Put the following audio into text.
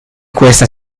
questa